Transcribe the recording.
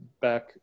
back